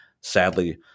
sadly